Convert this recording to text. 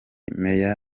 meya